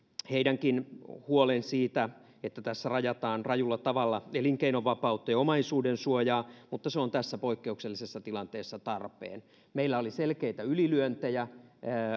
heidänkin huolensa siitä että tässä rajataan rajulla tavalla elinkeinovapautta ja omaisuudensuojaa mutta se on tässä poikkeuksellisessa tilanteessa tarpeen meillä oli selkeitä ylilyöntejä